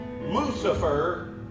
Lucifer